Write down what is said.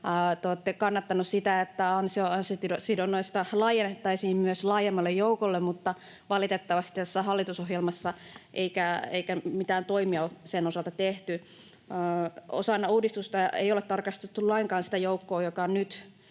olette kannattaneet sitä, että ansiosidonnaista laajennettaisiin myös laajemmalle joukolle, mutta ette valitettavasti tässä hallitusohjelmassa, eikä mitään toimia ole sen osalta tehty. Osana uudistusta ei olla tarkasteltu lainkaan sitä joukkoa, joka nyt